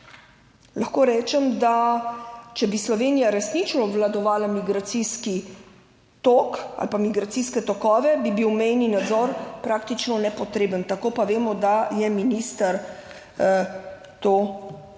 Lahko rečem, da če bi Slovenija resnično obvladovala migracijski tok ali pa migracijske tokove, bi bil mejni nadzor praktično nepotreben, tako pa vemo, da je minister to